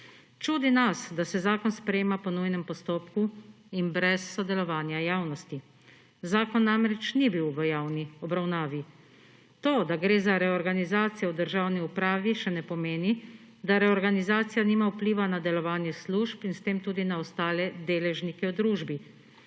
Čudi nas, da se zakon sprejema po nujnem postopku in brez sodelovanja javnosti. Zakon namreč ni bil v javni obravnavi. To, da gre za reorganizacijo v državni upravi, še ne pomeni, da reorganizacija nima vpliva na delovanje služb in s tem tudi na ostale deležnike v družbi,